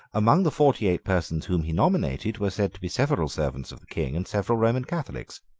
among the forty-eight persons whom he nominated, were said to be several servants of the king, and several roman catholics.